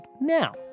now